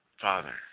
Father